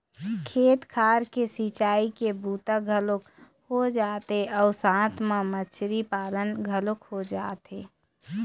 खेत खार के सिंचई के बूता घलोक हो जाथे अउ साथ म मछरी पालन घलोक हो जाथे